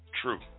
True